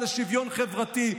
מירב כהן שרה לשוויון חברתי,